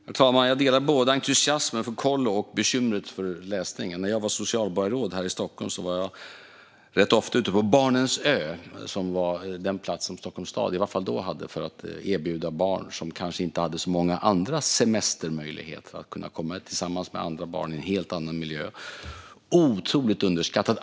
Herr talman! Jag delar både entusiasmen för kollo och bekymret när det gäller läsningen. När jag var socialborgarråd här i Stockholm var jag rätt ofta ute på Barnens ö, som var den plats som Stockholms stad då hade för att erbjuda barn som kanske inte hade så många andra semestermöjligheter att kunna komma tillsammans med andra barn i en helt annan miljö. Kollo är otroligt underskattat.